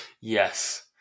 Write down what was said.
Yes